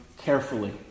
carefully